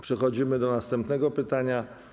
Przechodzimy do następnego pytania.